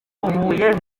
uvuye